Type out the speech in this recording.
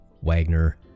Wagner